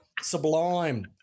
sublime